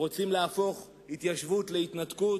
רוצים להפוך התיישבות להתנתקות,